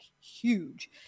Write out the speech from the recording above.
huge